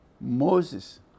Moses